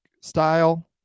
style